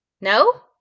No